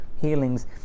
healings